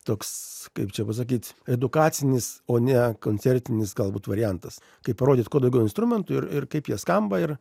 toks kaip čia pasakyt edukacinis o ne koncertinis galbūt variantas kaip parodyt kuo daugiau instrumentų ir ir kaip jie skamba ir